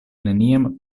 neniam